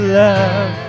love